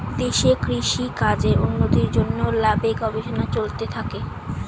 দেশে কৃষি কাজের উন্নতির জন্যে ল্যাবে গবেষণা চলতে থাকে